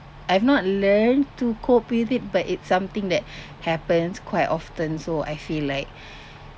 I have not learned to cope with it but it's something that happens quite often so I feel like